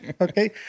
okay